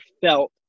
felt